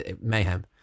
mayhem